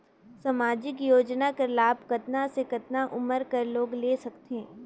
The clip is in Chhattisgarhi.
समाजिक योजना कर लाभ कतना से कतना उमर कर लोग ले सकथे?